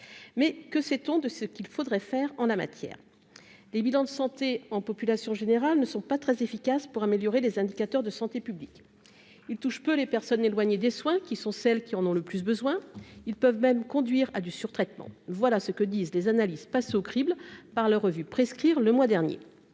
mais que sait-on de ce qu'il faudrait faire en la matière, les bilans de santé en population générale ne sont pas très efficaces pour améliorer les indicateurs de santé publique, il touche peu les personnes éloignées des soins qui sont celles qui en ont le plus besoin, ils peuvent même conduire à du sur-traitement voilà ce que disent les analystes, passe au crible par la revue Prescrire, le mois dernier,